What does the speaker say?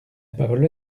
parole